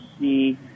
see